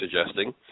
suggesting